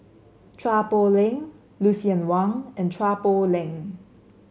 Chua Poh Leng Lucien Wang and Chua Poh Leng